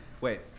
wait